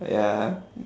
ya